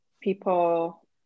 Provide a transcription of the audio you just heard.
people